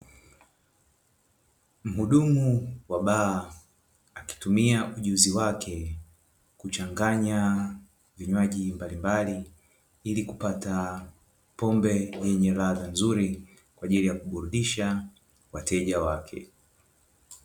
Mhudumu wa baa akitumia ujuzi wake kuchanganya vinywaji mbalimbali, ili kupata pombe yenye ladha nzuri kwa ajili ya kuburudisha wateja wake.